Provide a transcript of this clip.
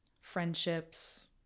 friendships